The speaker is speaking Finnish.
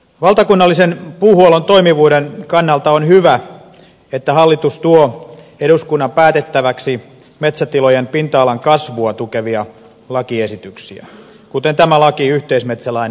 valtakunnallisen puuhuollon toimivuuden kannalta on hyvä että hallitus tuo eduskunnan päätettäväksi metsätilojen pinta alan kasvua tukevia lakiesityksiä kuten tämän lain yhteismetsälain muuttamisesta